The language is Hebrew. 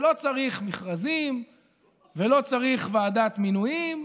ולא צריך מכרזים ולא צריך ועדת מינויים.